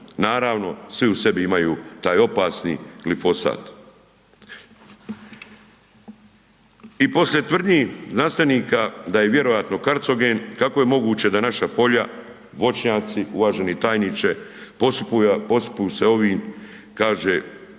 Naravno, svi u sebi imaju taj opasni glifosat. I poslije tvrdnji znanstvenika da je vjerojatno karcogen, kako je moguće da naša polja, voćnjaci, uvaženi tajniče, posipuju sa ovim, kaže,